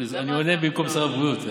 אני עונה במקום שר הבריאות.